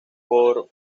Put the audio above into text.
por